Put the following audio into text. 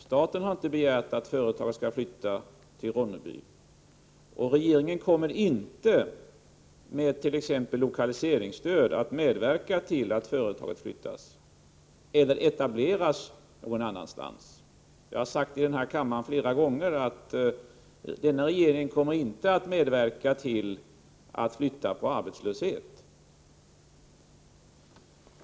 Staten har inte begärt att företaget skall flytta till Ronneby. Regeringen kommer inte med t.ex. lokaliseringsstöd att medverka till att företaget flyttas eller etableras någon annanstans. Jag har sagt flera gånger i denna kammare att denna regering inte kommer att medverka till att flytta på arbetslöshet.